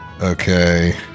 Okay